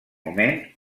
moment